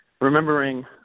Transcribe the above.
Remembering